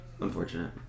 Unfortunate